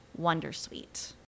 wondersuite